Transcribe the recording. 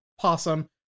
possum